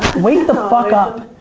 wake the fuck up.